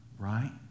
Right